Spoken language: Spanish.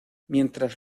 mientras